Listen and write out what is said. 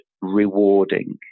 rewarding